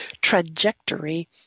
trajectory